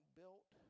built